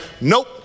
nope